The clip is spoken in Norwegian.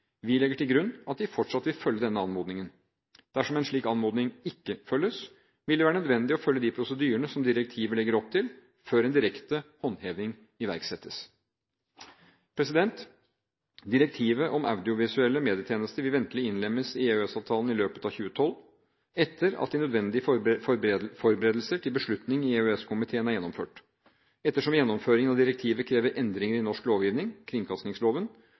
Vi legger til grunn at de fortsatt vil følge denne anmodningen. Dersom en slik anmodning ikke følges, vil det være nødvendig å følge de prosedyrene som direktivet legger opp til, før en direkte håndheving iverksettes. Direktivet om audiovisuelle medietjenester vil ventelig innlemmes i EØS-avtalen i løpet av 2012, etter at de nødvendige forberedelser til beslutning i EØS-komiteen er gjennomført. Ettersom gjennomføringen av direktivet krever endringer i norsk lovgivning, kringkastingsloven,